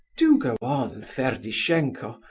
do go on, ferdishenko,